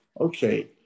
okay